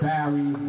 Barry